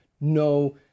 no